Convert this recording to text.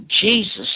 Jesus